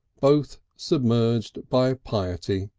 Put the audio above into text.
both submerged by piety.